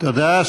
תודה.